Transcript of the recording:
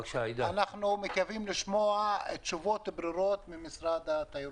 אנחנו מקווים לשמוע תשובות ברורות ממשרד התיירות.